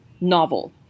novel